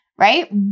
right